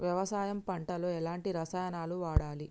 వ్యవసాయం పంట లో ఎలాంటి రసాయనాలను వాడాలి?